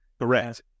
Correct